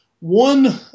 One